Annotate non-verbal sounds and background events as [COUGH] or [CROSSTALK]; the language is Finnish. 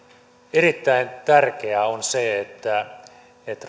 erittäin tärkeää on se että että [UNINTELLIGIBLE]